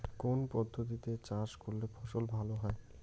কোন পদ্ধতিতে চাষ করলে ফসল ভালো হয়?